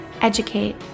educate